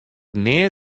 nea